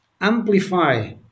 amplify